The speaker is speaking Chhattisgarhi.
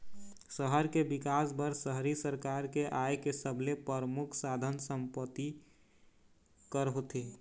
सहर के बिकास बर शहरी सरकार के आय के सबले परमुख साधन संपत्ति कर होथे